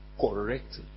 correctly